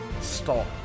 stop